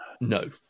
No